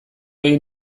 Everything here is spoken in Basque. egin